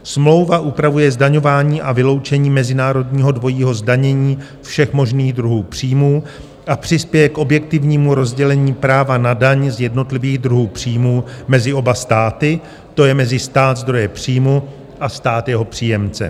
Smlouva upravuje zdaňování a vyloučení mezinárodního dvojího zdanění všech možných druhů příjmů a přispěje k objektivnímu rozdělení práva na daň z jednotlivých druhů příjmů mezi oba státy, to je mezi stát zdroje příjmu a stát jeho příjemce.